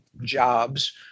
jobs